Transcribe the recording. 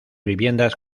viviendas